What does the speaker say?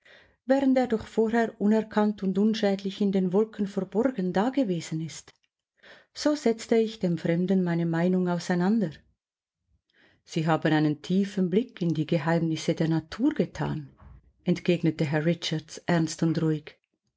während er doch vorher unerkannt und unschädlich in den wolken verborgen dagewesen ist so setzte ich dem fremden meine meinung auseinander sie haben einen tiefen blick in die geheimnisse der natur getan entgegnete herr richards ernst und ruhig